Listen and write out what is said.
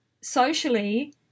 socially